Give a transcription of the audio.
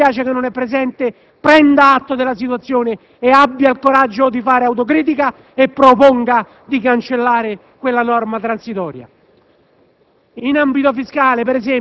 Il senatore Pisanu - mi dispiace che non sia presente - prenda atto della situazione e abbia il coraggio di fare autocritica e proponga di cancellare quella norma transitoria.